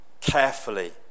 carefully